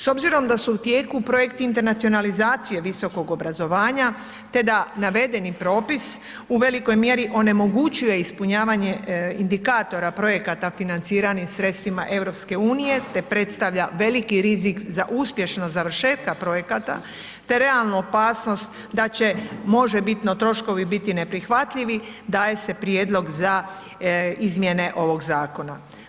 S obzirom da su u tijeku projekti internacionalizacije visokog obrazovanja te da navedeni propis u velikoj mjeri onemogućuje ispunjavanje indikatora projekata financiranih sredstvima EU te predstavlja veliki rizik za uspješno završetka projekata te realnu opasnost da će možebitno troškovi biti neprihvatljivi, daje se prijedlog za izmjene ovog zakona.